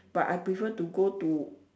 but I prefer to go to